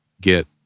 get